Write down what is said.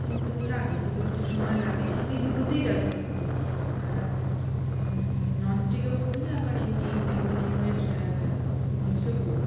কিন্তু লাগে কিছু কিছু সময় লাগে আমি দুটোতেই ব্যবহার করি ননস্টিকও করি আবার এমনি অ্যালুমিনিয়ামের জিনিসেও করি